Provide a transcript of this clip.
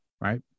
right